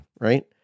Right